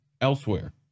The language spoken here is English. elsewhere